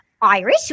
Irish